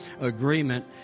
agreement